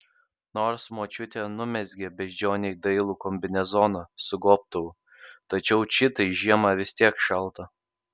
nors močiutė numezgė beždžionei dailų kombinezoną su gobtuvu tačiau čitai žiemą vis tiek šalta